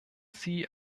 sie